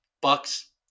Bucks